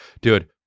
dude